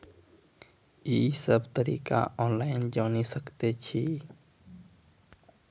ई सब तरीका ऑनलाइन जानि सकैत छी?